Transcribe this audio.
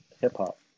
hip-hop